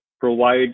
provide